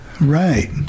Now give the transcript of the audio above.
Right